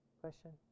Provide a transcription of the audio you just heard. question